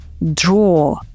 draw